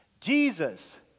Jesus